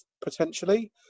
potentially